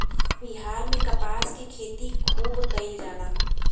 बिहार में कपास के खेती खुब कइल जाला